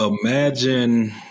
Imagine